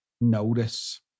notice